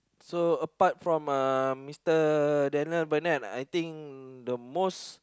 so apart from uh Mister Daniel-Bennett I think the most